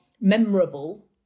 memorable